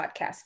podcast